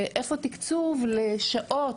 ואיפה תקצוב לשעות,